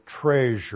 treasure